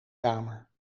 kamer